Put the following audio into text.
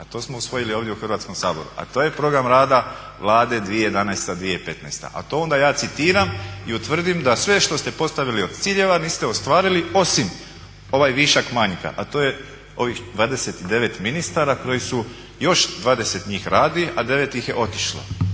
a to smo usvojili ovdje u Hrvatskom saboru, a to je program rada Vlade 2011./2015. A to ja onda citiram i utvrdim da sve što ste postavili od ciljeva niste ostvarili osim ovaj višak manjka a to je ovih 29 ministara koji su još 20 njih radi, a 9 ih je otišlo,